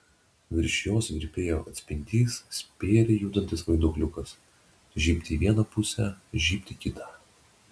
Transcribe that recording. virš jos virpėjo atspindys spėriai judantis vaiduokliukas žybt į vieną pusę žybt į kitą